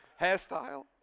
Hairstyle